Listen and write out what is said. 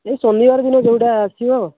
ଏଇ ଶନିବାର ଦିନ ଯେଉଁଟା ଆସିବ